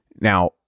Now